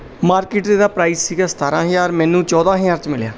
market 'ਚ ਇਹਦਾ price ਸੀਗਾ ਸਤਾਰਾਂ ਹਜ਼ਾਰ ਮੈਨੂੰ ਚੌਦਾਂ ਹਜ਼ਾਰ 'ਚ ਮਿਲਿਆ